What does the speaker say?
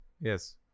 yes